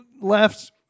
left